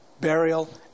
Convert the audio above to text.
burial